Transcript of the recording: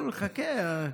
חכה,